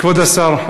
כבוד השר,